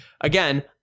again